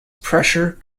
pressure